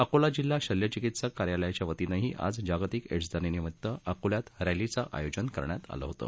अकोला जिल्हा शल्यचिकित्सक कार्यालयाच्या वतीनंही आज जागतिक एड्स दिनानिमित्त अकोल्यात रॅलीचं आयोजन करण्यात आलं होतं